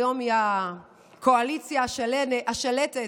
היום היא הקואליציה השלטת,